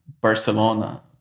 Barcelona